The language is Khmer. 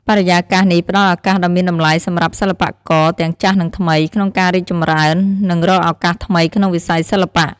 បរិយាកាសនេះផ្ដល់ឱកាសដ៏មានតម្លៃសម្រាប់សិល្បករទាំងចាស់និងថ្មី ក្នុងការរីកចម្រើន និងរកឱកាសថ្មីក្នុងវិស័យសិល្បៈ។